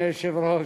אדוני היושב-ראש,